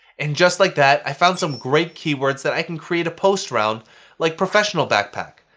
and just like that, i found some great keywords that i can create a post around like professional backpack,